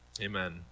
Amen